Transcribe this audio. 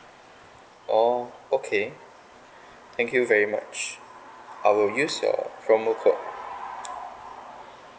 oh okay thank you very much I will use your promo code